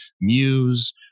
muse